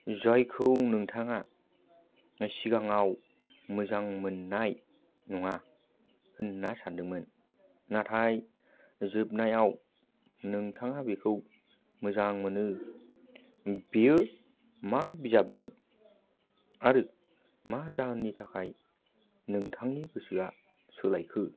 जायखौ नोंथाङा सिगाङाव मोजां मोननाय नङा होनना सानदोंमोन नाथाय जोबनायाव नोंथाङा बेखौ मोजां मोनो बेयो मा बिजाबमोन आरो मा जाहोननि थाखाय नोंथांनि गोसोआ सोलायखो